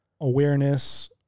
awareness